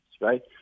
right